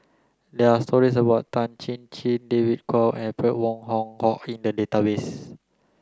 there are stories about Tan Chin Chin David Kwo and Alfred Wong Hong Kwok in the database